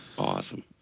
Awesome